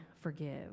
forgive